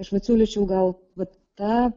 aš vat siūlyčiau gal vat tą